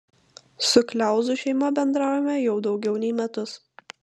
su kliauzų šeima bendraujame jau daugiau nei metus